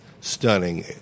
stunning